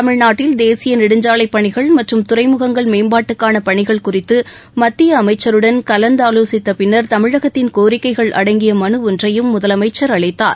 தமிழ்நாட்டில் தேசிய நெடுஞ்சாலை பணிகள் மற்றும் துறைமுகங்கள் மேம்பாட்டுக்கான பணிகள் குறித்து மத்திய அமைச்சருடன் கலந்தோசித்த பின்னர் தமிழகத்தின் கோரிக்கைகள் அடங்கிய மனு ஒன்றையும் முதலமைச்சர் அளித்தார்